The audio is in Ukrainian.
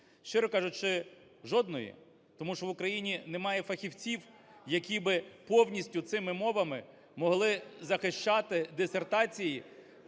Щиро кажучи, жодної, тому що в Україні немає фахівців, які би повністю цими мовами могли захищати дисертації,